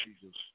Jesus